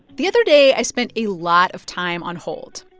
the other day, i spent a lot of time on hold.